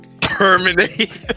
terminate